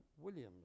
Williams